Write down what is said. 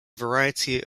variety